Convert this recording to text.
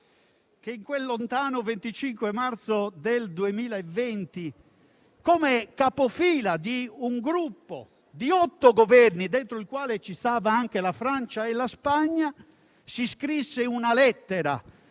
che in quel lontano 25 marzo del 2020, come capofila di un gruppo di otto Governi, dentro il quale si trovavano anche la Francia e la Spagna, scrisse una lettera